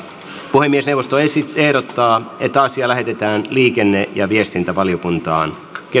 puhemiesneuvosto ehdottaa että asia lähetetään liikenne ja viestintävaliokuntaan